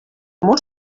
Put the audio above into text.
molt